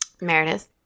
Meredith